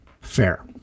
Fair